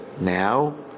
now